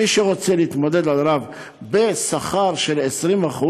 מי שרוצה להתמודד על רב בשכר של 20%,